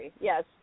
Yes